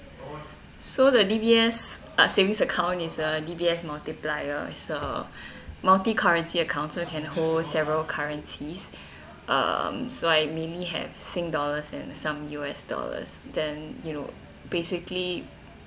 so the D_B_S uh savings account is a D_B_S multiplier it's a multi currency account so you can hold several currencies um so I mainly have sing dollars and some U_S dollars then you know basically